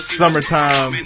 summertime